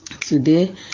today